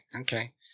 Okay